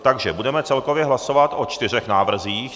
Takže budeme celkově hlasovat o čtyřech návrzích.